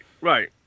right